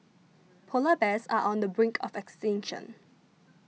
Polar Bears are on the brink of extinction